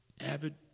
Avid